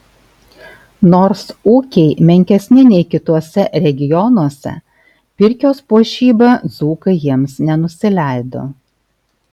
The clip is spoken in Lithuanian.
nors ūkiai menkesni nei kituose regionuose pirkios puošyba dzūkai jiems nenusileido